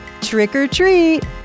trick-or-treat